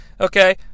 Okay